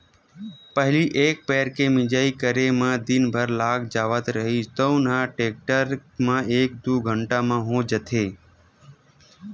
पहिली एक पैर के मिंजई करे म दिन भर लाग जावत रिहिस तउन ह टेक्टर म एक दू घंटा म हो जाथे